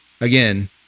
again